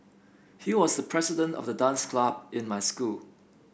he was the president of the dance club in my school